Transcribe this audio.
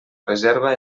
reserva